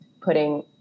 putting